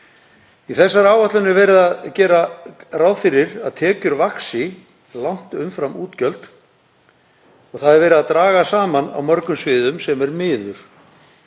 Í þessari áætlun er gert ráð fyrir að tekjur vaxi langt umfram útgjöld. Það er verið að draga saman á mörgum sviðum sem er miður.